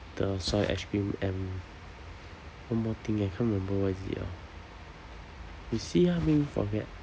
the soy ice cream and one more thing I can't remember what is it ah you see ah make me forget